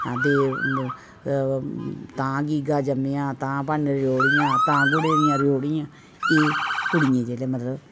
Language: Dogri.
हां ते तां गीगा जम्मेआं तां भन्न रयोड़ियां तां गुड़ै दियां रयोड़ियां एह् कुड़ियें गी जेह्ड़ा मतलब